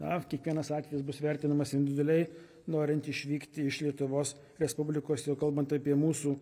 na kiekvienas atvejis bus vertinamas individualiai norint išvykti iš lietuvos respublikos o kalbant apie mūsų